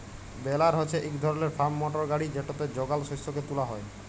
বেলার হছে ইক ধরলের ফার্ম মটর গাড়ি যেটতে যগাল শস্যকে তুলা হ্যয়